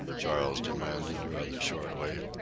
charles demanded rather shortly.